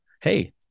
Hey